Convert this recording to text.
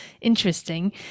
interesting